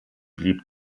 blieb